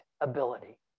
ability